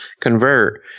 convert